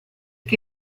che